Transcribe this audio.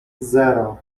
zero